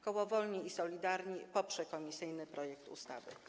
Koło Wolni i Solidarni poprze komisyjny projekt ustawy.